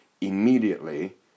Immediately